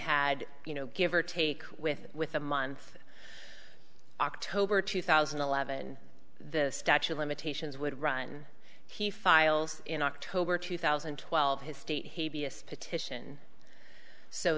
had you know give or take with with the month october two thousand and eleven the statute of limitations would run he files in october two thousand and twelve his state b s petition so